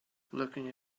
looking